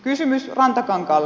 kysymys rantakankaalle